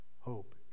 Hope